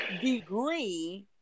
degree